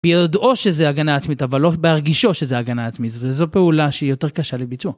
ביודעו שזה הגנה עצמית, אבל לא בהרגישו שזה הגנה עצמית, וזו פעולה שהיא יותר קשה לביצוע.